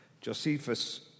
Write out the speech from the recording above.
Josephus